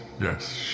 yes